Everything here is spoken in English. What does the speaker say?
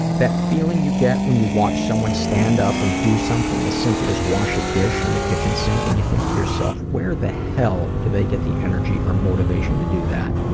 that feeling you get when you watch someone stand up and do something as simple as wash a dish in the kitchen sink and you think to yourself, where the hell do they get the energy or motivation to do that.